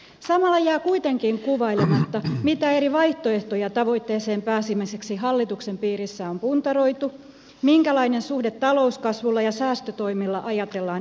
samalla jää kuitenkin kuvailematta mitä eri vaihtoehtoja tavoitteeseen pääsemiseksi hallituksen piirissä on puntaroitu minkälainen suhde talouskasvulla ja säästötoimilla ajatellaan olevan